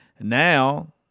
now